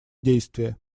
действия